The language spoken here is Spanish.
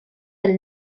del